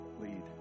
lead